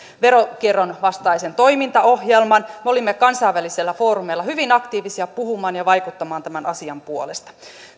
veronkierron vastaisen toimintaohjelman me olimme kansainvälisillä foorumeilla hyvin aktiivisia puhumaan ja vaikuttamaan tämän asian puolesta